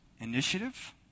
Initiative